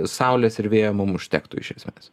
saulės ir vėjo mum užtektų iš esmės